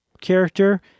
character